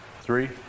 Three